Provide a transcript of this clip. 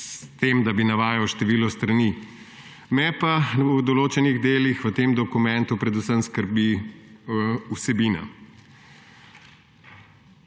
s tem, da bi navajal število strani, me pa na določenih delih v tem dokumentu predvsem skrbi vsebina.